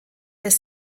des